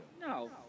No